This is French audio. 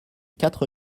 quatre